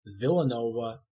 Villanova